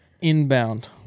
inbound